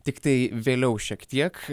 tiktai vėliau šiek tiek